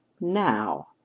now